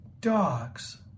Dogs